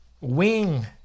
wing